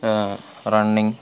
running